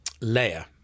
layer